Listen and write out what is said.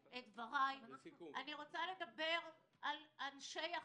אני רוצה לדבר על אנשי החינוך,